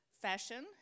fashion